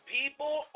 people